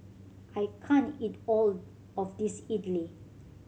I can't eat all of this Idili